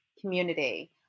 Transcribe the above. community